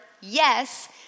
Yes